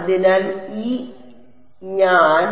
അതിനാൽ ഇ ഞാൻ